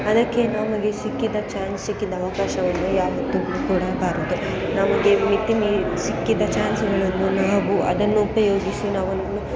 ಅದಕ್ಕೆ ನಮಗೆ ಸಿಕ್ಕಿದ ಚಾನ್ಸ್ ಸಿಕ್ಕಿದ ಅವಕಾಶವನ್ನು ಯಾವತ್ತೂ ಬಿಟ್ಟುಕೊಡಬಾರದು ನಮಗೆ ಮಿತಿಮೀರಿ ಸಿಕ್ಕಿದ ಚಾನ್ಸುಗಳನ್ನು ನಾವು ಅದನ್ನು ಉಪಯೋಗಿಸಿ ನಾವು ಅದನ್ನು